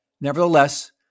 Nevertheless